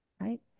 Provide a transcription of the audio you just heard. right